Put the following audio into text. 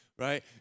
Right